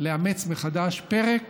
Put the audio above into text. לאמץ מחדש פרק